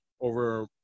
over